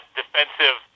defensive